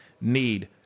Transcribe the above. need